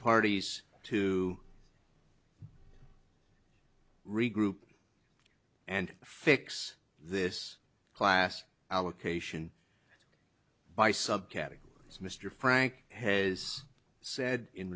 parties to regroup and fix this class allocation by subcategories mr frank has said in